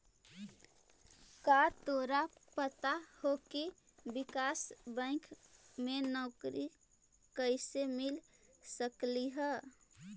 का तोरा पता हो की विकास बैंक में नौकरी कइसे मिल सकलई हे?